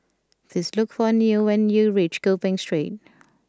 please look for Newt when you reach Gopeng Street